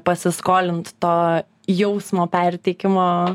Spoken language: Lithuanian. pasiskolint to jausmo perteikimo